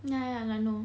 ya ya I know